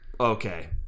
okay